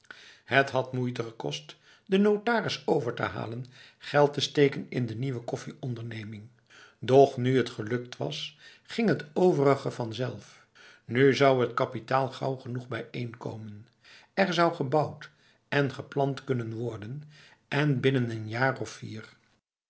het had moeite gekost de notaris over te halen geld te steken in de nieuwe koffieonderneming doch nu het gelukt was ging het overige vanzelf nu zou het kapitaal gauw genoeg bijeenkomen er zou gebouwd en geplant kunnen worden en binnen een jaar of vier